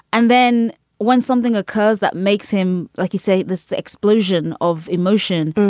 and then when something occurs that makes him, like you say, this explosion of emotion.